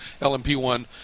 LMP1